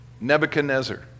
Nebuchadnezzar